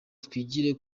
twigire